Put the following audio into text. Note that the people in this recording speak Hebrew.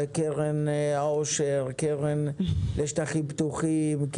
קרן העושר, קרן לשטחים פתוחים?